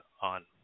on